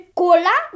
cola